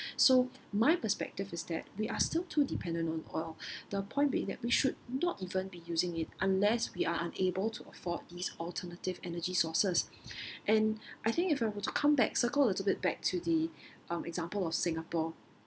so my perspective is that we are still too dependent on oil the point being that we should not even be using it unless we are unable to afford these alternative energy sources and I think if I were to come back circle a little bit back to the um example of singapore